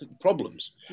problems